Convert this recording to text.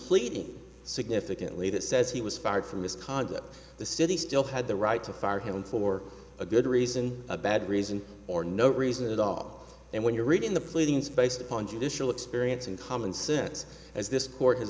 fleeting significantly that says he was fired for misconduct the city still had the right to fire him for a good reason a bad reason or no reason at all and when you're reading the pleadings based upon judicial experience and common sense as this court has